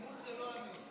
תמימות זה לא אני.